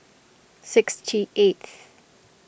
sixty eighth